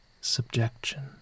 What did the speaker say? subjection